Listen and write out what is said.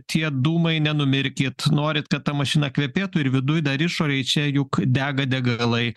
tie dūmai nenumirkit norit kad ta mašina kvepėtų ir viduj dar išorėj čia juk dega degalai